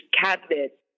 cabinet